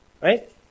right